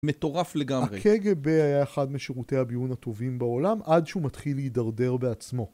מטורף לגמרי. הקגב היה אחד משירותי הביון הטובים בעולם, עד שהוא מתחיל להידרדר בעצמו.